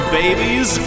babies